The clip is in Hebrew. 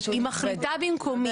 היא מחליטה במקומי.